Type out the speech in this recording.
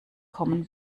kommen